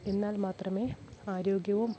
എന്നാൽ മാത്രമേ ആരോഗ്യവും